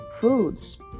foods